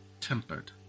Tempered